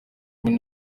kumwe